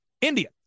India